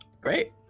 Great